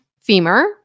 femur